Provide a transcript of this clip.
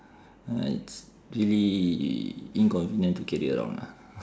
uh it's really inconvenient to carry around lah